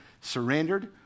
surrendered